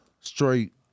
Straight